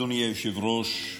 אדוני היושב-ראש,